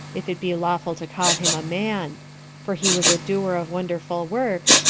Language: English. if it be lawful to call him a man for he was a doer of wonderful works,